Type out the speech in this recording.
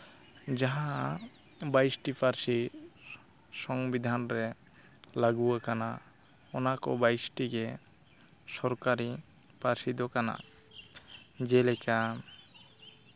ᱡᱟᱦᱟᱸ ᱵᱟᱭᱤᱥᱴᱤ ᱯᱟᱹᱨᱥᱤ ᱥᱚᱝᱵᱤᱫᱷᱟᱱ ᱨᱮ ᱞᱟᱹᱜᱩ ᱟᱠᱟᱱᱟ ᱚᱱᱟᱠᱚ ᱵᱟᱭᱤᱥᱴᱤ ᱜᱮ ᱥᱚᱨᱠᱟᱨᱤ ᱯᱟᱹᱨᱥᱤ ᱫᱚ ᱠᱟᱱᱟ ᱡᱮᱞᱮᱠᱟ